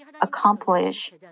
accomplish